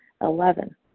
Eleven